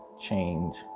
change